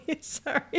Sorry